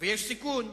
ויש סיכון.